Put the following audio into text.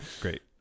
Great